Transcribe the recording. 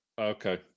Okay